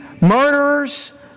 murderers